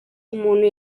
umuntu